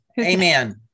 Amen